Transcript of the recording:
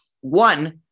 One